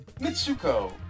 Mitsuko